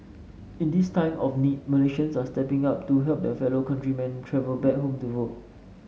in this time of need Malaysians are stepping up to help their fellow countrymen travel back home to vote